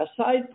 Aside